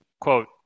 Quote